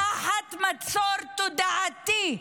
תחת מצור תודעתי,